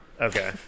Okay